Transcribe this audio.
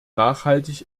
nachhaltig